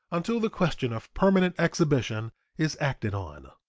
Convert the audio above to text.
until the question of permanent exhibition is acted on.